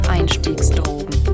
Einstiegsdrogen